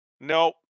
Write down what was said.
nope